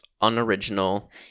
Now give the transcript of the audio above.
unoriginal